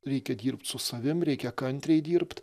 reikia dirbt su savim reikia kantriai dirbt